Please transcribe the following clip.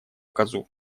козу